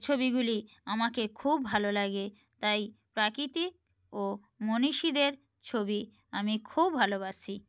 ছবিগুলি আমাকে খুব ভালো লাগে তাই প্রাকৃতিক ও মনীষীদের ছবি আমি খুব ভালোবাসি